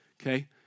okay